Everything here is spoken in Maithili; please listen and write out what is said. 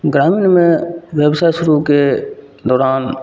ग्रामीणमे बेवसाइ शुरूके दौरान